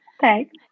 Thanks